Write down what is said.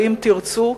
ואם תרצו,